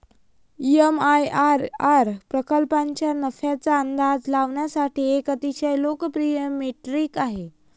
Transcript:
MIRR प्रकल्पाच्या नफ्याचा अंदाज लावण्यासाठी एक अतिशय लोकप्रिय मेट्रिक आहे